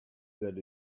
that